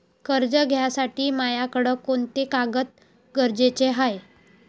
कर्ज घ्यासाठी मायाकडं कोंते कागद गरजेचे हाय?